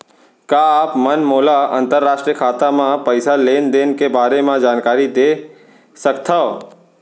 का आप मन मोला अंतरराष्ट्रीय खाता म पइसा लेन देन के बारे म जानकारी दे सकथव?